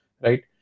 right